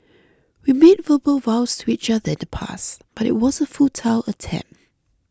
we made verbal vows to each other in the past but it was a futile attempt